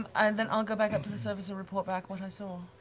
um and then i'll go back up to the surface and report back what i saw.